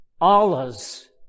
Allah's